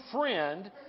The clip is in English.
friend